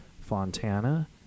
Fontana